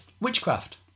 witchcraft